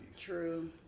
True